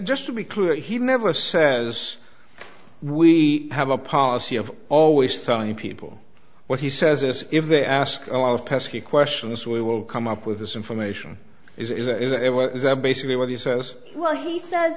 just to be clear he never says we have a policy of always telling people what he says as if they ask a lot of pesky questions we will come up with this information is a basically what he says well he sa